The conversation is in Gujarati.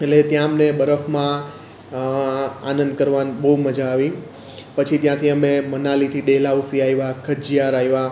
એટલે ત્યાં અમને બરફમાં આનંદ કરવાની બહુ મજા આવી પછી ત્યાંથી અમે મનાલીથી ડેલહાઉસી આવ્યા ખજીયાર આવ્યા